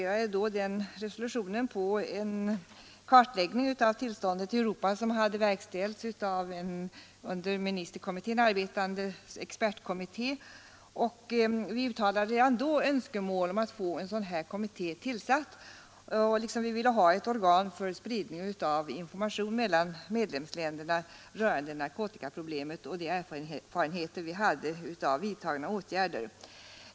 Vi baserade den resolutionen på en kartläggning av tillståndet i Europa, som hade verkställts av en under ministerkommittén arbetande expertkommitté. Vi uttalade redan då önskemål om att få en expertutredning tillsatt. Vi ville också ha ett organ för spridning av information mellan medlemsländer rörande narkotikaproblemet och de erfarenheter vi hade av vidtagna åtgärder.